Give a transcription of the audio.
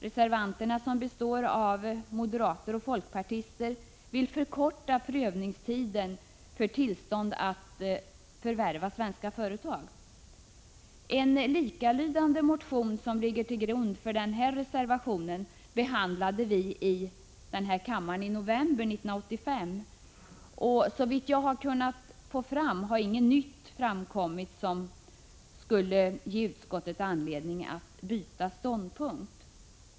Reservanterna, som består av moderater och folkpartister, vill förkorta prövningstiden för tillstånd att förvärva svenska företag. En likalydande motion som den som ligger till grund för den här reservationen behandlade vi i kammaren i november 1985, och såvitt jag kunnat få fram har inget nytt framkommit som skulle ge utskottet anledning att byta ståndpunkt.